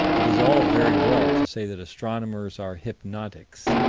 it is all very well to say that astronomers are hypnotics,